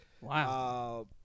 Wow